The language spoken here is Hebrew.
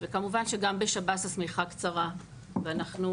וכמובן שגם בשב"ס השמיכה קצרה ואנחנו